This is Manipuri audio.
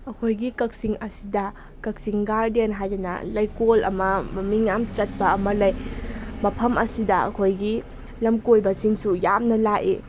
ꯑꯩꯈꯣꯏꯒꯤ ꯀꯛꯆꯤꯡ ꯑꯁꯤꯗ ꯀꯛꯆꯤꯡ ꯒꯥꯔꯗꯦꯟ ꯍꯥꯏꯗꯅ ꯂꯩꯀꯣꯜ ꯑꯃ ꯃꯃꯤꯡ ꯌꯥꯝ ꯆꯠꯄ ꯑꯃ ꯂꯩ ꯃꯐꯝ ꯑꯁꯤꯗ ꯑꯩꯈꯣꯏꯒꯤ ꯂꯝꯀꯣꯏꯕꯁꯤꯡꯁꯨ ꯌꯥꯝꯅ ꯂꯥꯛꯏ